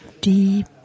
deep